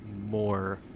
more